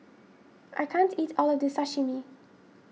I can't eat all of this Sashimi